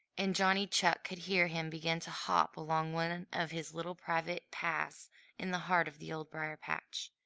and johnny chuck could hear him begin to hop along one of his little private paths in the heart of the old briar-patch.